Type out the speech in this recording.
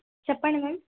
చెప్పండి మ్యామ్